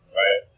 right